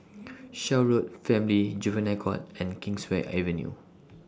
Shaw Road Family and Juvenile Court and Kingswear Avenue